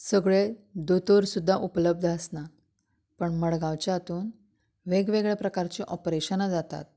सगले दोतोर सुद्दां उपलब्ध आसना पूण मडगांवच्या हातूंत वेगवेगळे प्रकाराची ऑपरेशनां जातात